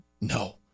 no